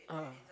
(uh huh)